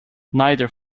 neither